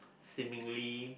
seemingly